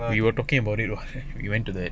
we were talking about it what you went to the